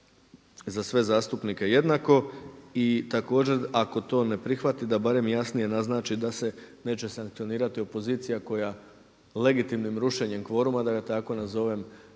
za sve zastupnike jednako. I također ako to ne prihvati da barem jasnije naznači da se neće sankcionirati opozicija koja legitimnim rušenjem kvoruma da ga tako nazovem